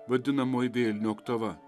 vadinamoji vėlinių oktava